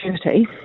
opportunity